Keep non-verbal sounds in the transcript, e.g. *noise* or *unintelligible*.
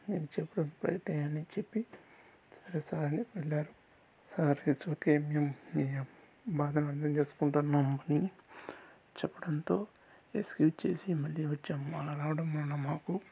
*unintelligible* అన్ని చెప్పి సరే సార్ అని వెళ్ళారు సార్ ఇట్స్ ఓకే మేం మీ బాధను అర్ధం చేసుకుంటున్నాం అని చెప్పటంతో ఎస్క్యూజ్ మళ్ళీ వచ్చాము అలా రావడం వలన మాకు